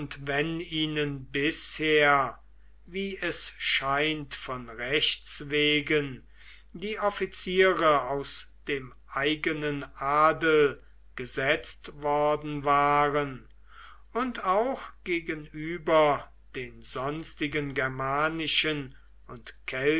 wenn ihnen bisher wie es scheint von rechts wegen die offiziere aus dem eigenen adel gesetzt worden waren und auch gegenüber den sonstigen germanischen und